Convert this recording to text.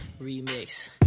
Remix